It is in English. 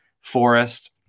forest